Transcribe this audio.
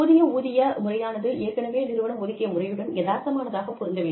புதிய ஊதிய முறையானது ஏற்கனவே நிறுவனம் ஒதுக்கிய முறையுடன் யதார்த்தமானதாக பொருந்த வேண்டும்